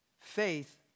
Faith